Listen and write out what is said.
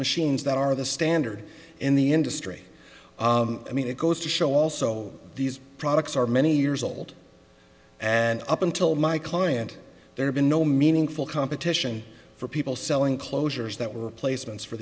machines that are the standard in the industry i mean it goes to show also these products are many years old and up until my client there have been no meaningful competition for people selling closures that were replacements for